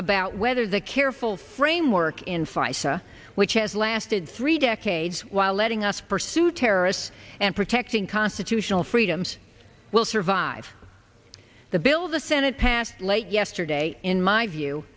about whether the careful framework in five which has lasted three decades while letting us pursue terrorists and protecting constitutional freedoms will survive the bill the senate passed late yesterday in my view